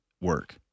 work